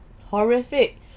Horrific